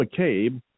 McCabe